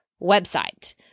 website